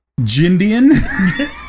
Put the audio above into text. Jindian